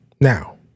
Now